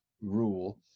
rule